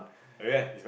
really meh